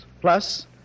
plus